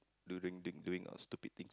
during th~ doing your stupid thing